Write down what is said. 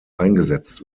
eingesetzt